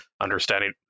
understanding